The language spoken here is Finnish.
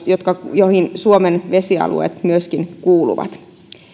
joihin suomen vesialueet myöskin kuuluvat